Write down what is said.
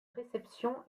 réception